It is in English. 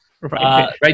right